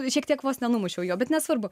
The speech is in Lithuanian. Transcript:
šiek tiek vos nenumušiau jo bet nesvarbu